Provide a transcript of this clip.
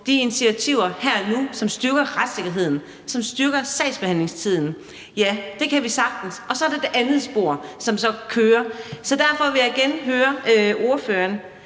de initiativer her og nu, som styrker retssikkerheden, som forkorter sagsbehandlingstiden – ja, det kan vi sagtens. Og så er der det andet spor, som så kører. Så derfor vil jeg igen høre ordføreren: